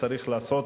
צריך לעשות.